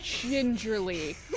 gingerly